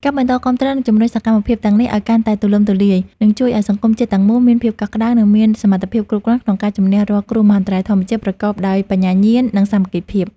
ការបន្តគាំទ្រ និងជំរុញសកម្មភាពទាំងនេះឱ្យកាន់តែទូលំទូលាយ នឹងជួយឱ្យសង្គមជាតិទាំងមូលមានភាពកក់ក្ដៅ និងមានសមត្ថភាពគ្រប់គ្រាន់ក្នុងការជម្នះរាល់គ្រោះមហន្តរាយធម្មជាតិ ប្រកបដោយបញ្ញាញាណ និងសាមគ្គីភាព។